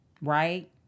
right